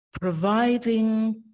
providing